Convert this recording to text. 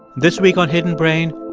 this week on hidden brain.